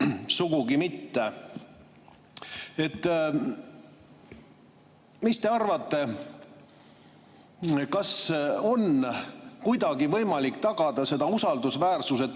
huvitatud. Mis te arvate? Kas on kuidagi võimalik tagada seda usaldusväärsuse